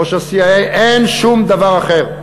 ראש ה-CIA: אין שום דבר אחר.